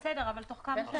בסדר, אבל תוך כמה זמן?